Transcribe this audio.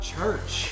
Church